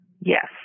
Yes